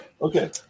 Okay